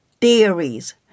theories